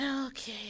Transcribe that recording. Okay